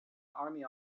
army